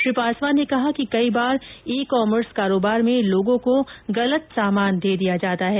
श्री पासवान ने कहा कि कई बार ई कॉमर्स कारोबार में लोगों को गलत सामान दे दिया जाता है